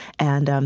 and um